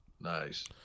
Nice